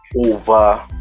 over